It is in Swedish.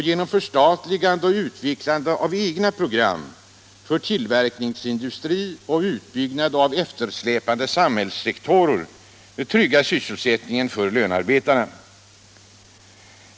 Genom förstatligande och utvecklande av egna program för tillverkningsindustri och utbyggnad av eftersläpande samhällssektorer måste staten trygga sysselsättningen för lönarbetarna.